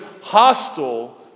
hostile